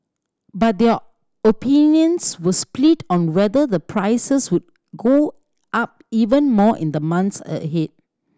but their opinions were split on whether the prices would go up even more in the months ahead